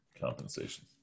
compensation